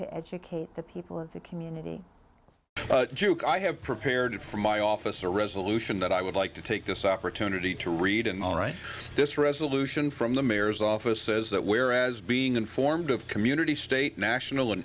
to educate the people of the community juke i have prepared for my office a resolution that i would like to take this opportunity to read and all right this resolution from the mayor's office says that whereas being informed of community state national and